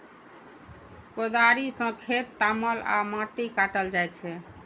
कोदाड़ि सं खेत तामल आ माटि काटल जाइ छै